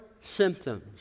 symptoms